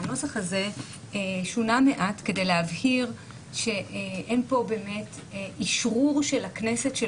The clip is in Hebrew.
הנוסח הזה שונה מעט כדי להבהיר שאין פה באמת אשרור של הכנסת של